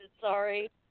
sorry